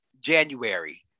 January